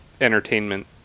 entertainment